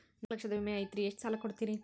ನಾಲ್ಕು ಲಕ್ಷದ ವಿಮೆ ಐತ್ರಿ ಎಷ್ಟ ಸಾಲ ಕೊಡ್ತೇರಿ?